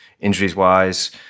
injuries-wise